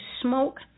smoke